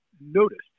noticed